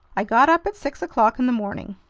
i got up at six o'clock in the morning.